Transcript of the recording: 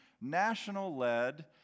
national-led